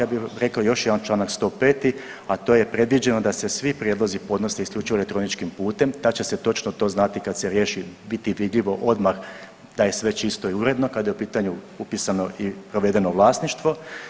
Ja bih rekao još jedan članak 105. a to je predviđeno da se svi prijedlozi podnose isključivo elektroničkim putem, da će se to točno znati kad se riješi, biti vidljivo odmah da je sve čisto i uredno kada je u pitanju upisano i provedeno vlasništvo.